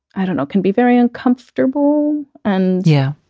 i don't know. can be very uncomfortable. and yeah,